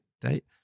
date